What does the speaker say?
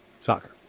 Soccer